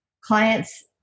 clients